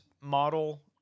model